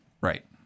Right